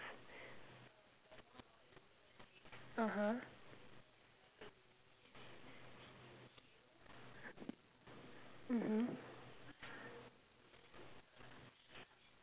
mmhmm